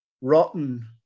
rotten